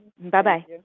Bye-bye